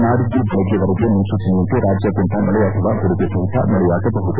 ನಾಡಿದ್ದು ವೆಳಗ್ಗೆ ವರೆಗಿನ ಮುನ್ನೂಚನೆಯಂತೆ ರಾಜ್ಯಾದ್ಯಂತ ಮಳೆ ಅಥವಾ ಗುಡುಗು ಸಹಿತ ಮಳೆಯಾಗಬಹುದು